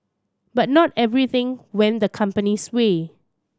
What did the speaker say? but not everything went the company's way